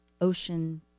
ocean